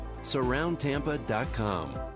SurroundTampa.com